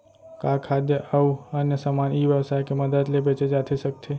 का खाद्य अऊ अन्य समान ई व्यवसाय के मदद ले बेचे जाथे सकथे?